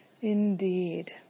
Indeed